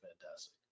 fantastic